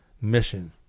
mission